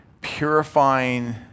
purifying